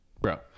Bro